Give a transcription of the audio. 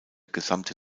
gesamte